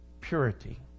purity